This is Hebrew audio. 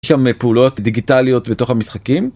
יש שם פעולות דיגיטליות בתוך המשחקים.